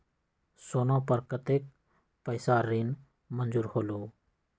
सोना पर कतेक पैसा ऋण मंजूर होलहु?